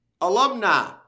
Alumni